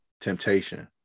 temptation